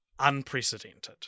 unprecedented